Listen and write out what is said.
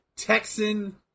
Texan